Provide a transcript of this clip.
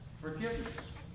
Forgiveness